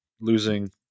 losing